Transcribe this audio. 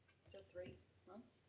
so, three months?